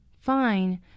Fine